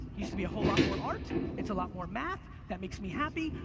used to be a whole lot more art, it's a lot more math, that makes me happy.